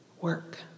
work